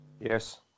yes